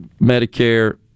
Medicare